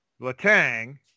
Latang